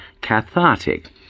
cathartic